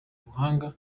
ubuhanga